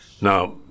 Now